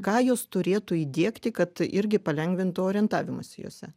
ką jos turėtų įdiegti kad irgi palengvintų orientavimosi jose